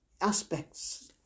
aspects